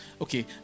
okay